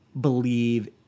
believe